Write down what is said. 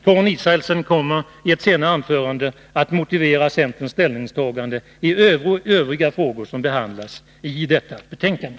Karin Israelsson kommer i ett senare anförande att motivera centerns ställningstagande i övriga frågor som behandlas i detta betänkande.